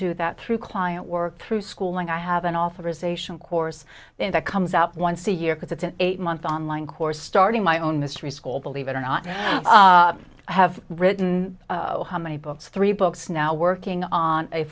do that through client work through school and i have an authorization course that comes out once a year because it's an eight month online course starting my own history school believe it or not i have written how many books three books now working on